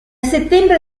settembre